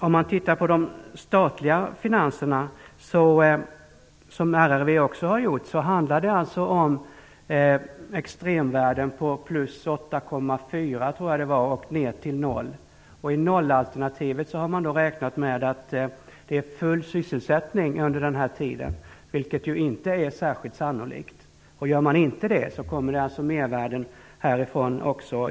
När det gäller de statliga finanserna, som också RRV har tittat på, handlar det om extremvärden från +8,4 och ned till 0. I 0-alternativet har man räknat med att det vid den här tiden råder full sysselsättning, vilket ju inte är särskilt sannolikt. Gör man inte det, får man mervärden också härifrån.